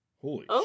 Holy